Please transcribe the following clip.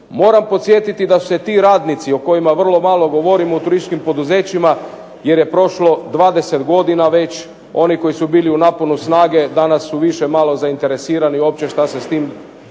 Moram podsjetiti da su se ti radnici o kojima vrlo malo govorimo u turističkim poduzećima, jer je prošlo 20 godina već, oni koji su bili u naponu snage danas su više malo zainteresirani uopće šta se s tim